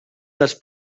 dels